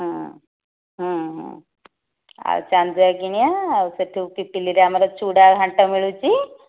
ହଁ ହଁ ହଁ ଆଉ ଚାନ୍ଦୁଆ କିଣିବା ଆଉ ସେଠୁ ପିପିଲିରେ ଆମର ଚୂଡ଼ା ଘାଣ୍ଟ ମିଳୁଛି